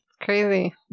Crazy